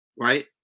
right